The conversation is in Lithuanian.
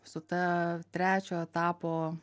su ta trečio etapo